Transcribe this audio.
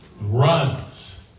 runs